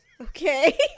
okay